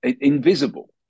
invisible